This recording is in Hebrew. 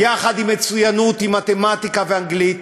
יחד עם מצוינות, עם מתמטיקה ואנגלית.